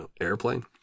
Airplane